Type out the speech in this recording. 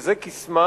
וזה קסמה.